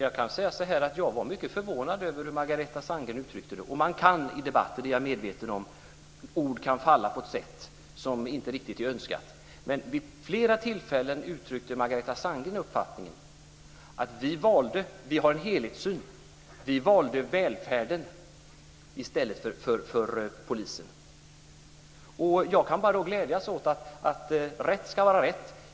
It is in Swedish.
Fru talman! Jag var förvånad över hur Margareta Sandgren uttryckte det. Ord kan falla på ett sätt som inte riktigt är önskat. Det är jag medveten om. Vid flera tillfällen uttryckte Margareta Sandgren uppfattningen att man hade en helhetssyn och att man valde välfärden i stället för polisen. Men rätt ska vara rätt.